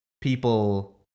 people